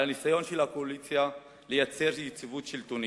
על הניסיון של הקואליציה לייצר יציבות שלטונית?